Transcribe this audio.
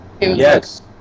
Yes